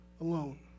alone